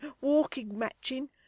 walking-matching